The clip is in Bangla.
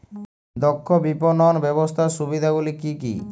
দক্ষ বিপণন ব্যবস্থার সুবিধাগুলি কি কি?